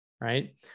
right